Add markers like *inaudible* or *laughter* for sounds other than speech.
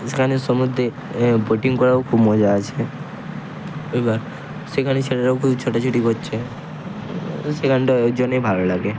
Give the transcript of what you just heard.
*unintelligible* সমুদ্রে এ বোটিং করাও খুব মজা আছে এইবার সেখানে ছেলেরাও খুব ছোটাছুটি করছে তো সেখানটা ওর জন্যেই ভালো লাগে